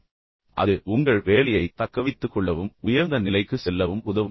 பின்னர் அது உங்கள் வேலையைத் தக்கவைத்துக்கொள்ளவும் உயர்ந்த நிலைக்குச் செல்லவும் உதவும்